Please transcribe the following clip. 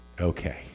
okay